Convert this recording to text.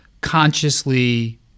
consciously